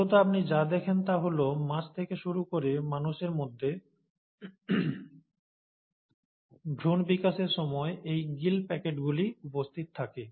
মূলত আপনি যা দেখেন তা হল মাছ থেকে শুরু করে মানুষের মধ্যে ভ্রূণ বিকাশের সময় এই গিল প্যাকেটগুলি উপস্থিত থাকে